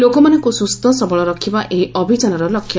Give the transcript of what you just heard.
ଲୋକମାନଙ୍କୁ ସୁସ୍ଥ ସବଳ ରଖିବା ଏହି ଅଭିଯାନର ଲକ୍ଷ୍ୟ